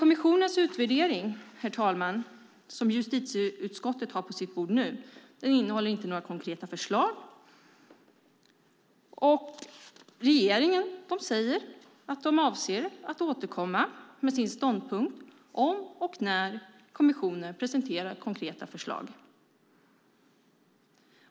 Kommissionens utvärdering, som justitieutskottet har på sitt bord nu, innehåller inte några konkreta förslag. Regeringen säger att man avser att återkomma med sin ståndpunkt om och när kommissionen presenterar konkreta förslag.